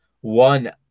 one